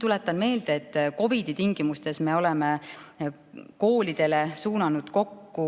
Tuletan meelde, et COVID‑i tingimustes me oleme koolidele suunanud kokku